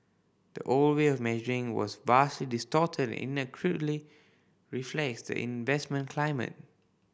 the old way of measuring was vastly distorted and inaccurately reflects the investment climate